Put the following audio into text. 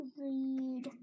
read